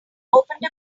opened